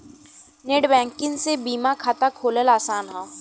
net banking से बीमा खाता खोलना आसान हौ